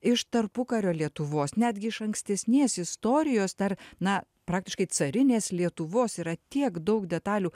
iš tarpukario lietuvos netgi iš ankstesnės istorijos ar na praktiškai carinės lietuvos yra tiek daug detalių